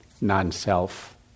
non-self